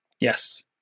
Yes